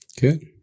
good